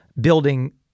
building